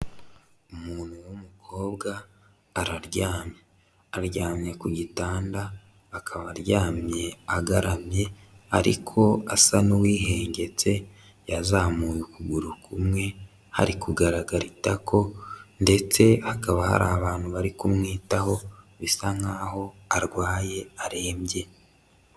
Umuntu w'umukobwa araryamye, aryamye ku gitanda, akaba aryamye agaramye ariko asa n'uwihengetse yazamuye ukuguru kumwe hari kugaragara itako ndetse hakaba hari abantu bari kumwitaho, bisa nkaho arwaye, arembye.